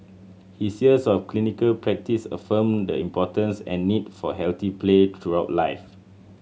his years of clinical practice affirmed the importance and need for healthy play throughout life